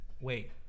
Wait